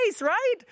right